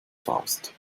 faust